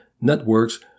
networks